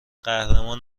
قهرمان